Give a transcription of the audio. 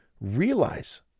realize